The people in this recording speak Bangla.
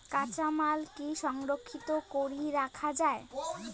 কাঁচামাল কি সংরক্ষিত করি রাখা যায়?